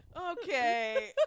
okay